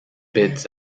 beds